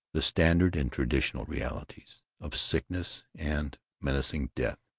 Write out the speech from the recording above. the standard and traditional realities, of sickness and menacing death,